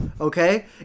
okay